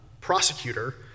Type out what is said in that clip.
prosecutor